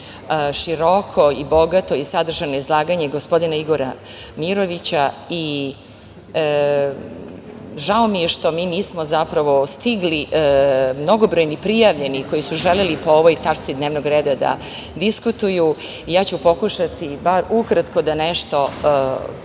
široko i bogato i sadržajno izlaganje gospodina Igora Mirovića. Žao mi je što mi nismo stigli, mnogobrojni prijavljeni koji su želeli po ovoj tački dnevnog reda da diskutuju. Pokušaću bar ukratko da nešto ponovim